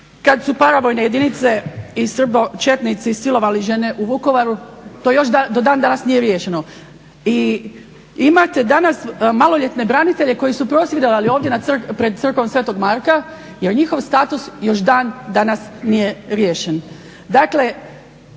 kad su paravojne jedinice i srbo-četnici silovali žene u Vukovaru? To još do dan danas nije riješeno. I imate danas maloljetne branitelje koji su prosvjedovali ovdje pred crkvom sv. Marka jer njihov status još dan danas nije riješen.